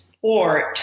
port